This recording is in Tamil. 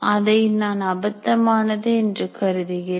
அதை நான் அபத்தமானது என்று கருதுகிறேன்